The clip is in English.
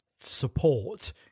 support